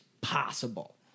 possible